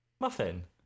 Muffin